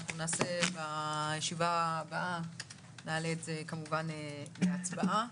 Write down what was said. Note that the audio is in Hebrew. בישיבה הבאה נעלה את זה כמובן להצבעה.